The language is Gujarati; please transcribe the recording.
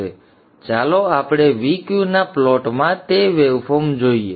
તો ચાલો આપણે Vq ના પ્લોટમાં તે વેવફોર્મ જોઈએ